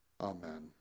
Amen